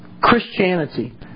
Christianity